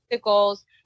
goals